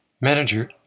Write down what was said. manager